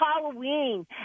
Halloween